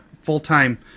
full-time